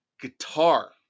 Guitar